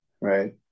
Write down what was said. right